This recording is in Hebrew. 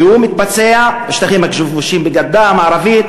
והוא מתבצע בשטחים הכבושים בגדה המערבית